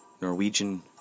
Norwegian